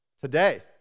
Today